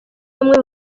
bamwe